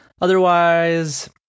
otherwise